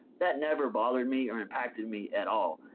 that never bothered me or impacted me at all.